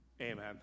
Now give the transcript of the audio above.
Amen